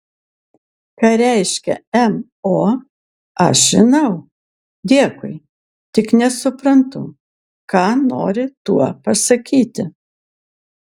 ką reiškia mo aš žinau dėkui tik nesuprantu ką nori tuo pasakyti